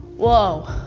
whoa.